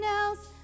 else